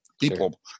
people